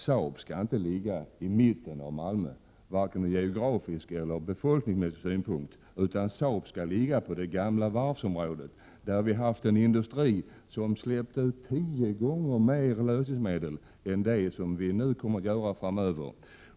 Saab skall inte ligga i mitten av Malmö, ur vare sig geografisk eller befolkningsmässig synpunkt. Saab skall ligga på det gamla varvsområdet, där vi har haft en industri som släppt ut tio gånger mer lösningsmedel än Saab kommer att göra framöver.